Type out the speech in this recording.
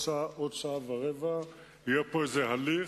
בעוד שעה ורבע יהיה פה הליך,